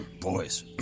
boys